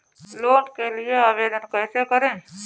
Loan के लिए आवेदन कैसे करें?